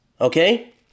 Okay